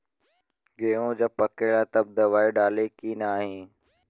गेहूँ जब पकेला तब दवाई डाली की नाही?